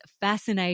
fascinating